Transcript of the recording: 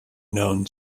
known